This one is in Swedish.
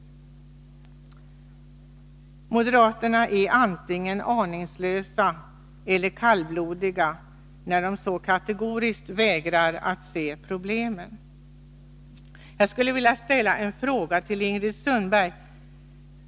Moderaterna är antingen aningslösa eller kallblodiga när de så kategoriskt vägrar att se problemen. Jag skulle vilja ställa ett par frågor till Ingrid Sundberg.